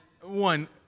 one